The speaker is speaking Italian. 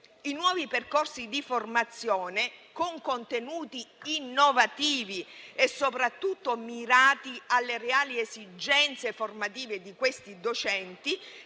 nuovi percorsi di formazione con contenuti innovativi e soprattutto mirati alle reali esigenze formative di questi docenti,